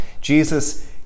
jesus